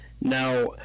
Now